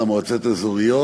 על המועצות האזוריות,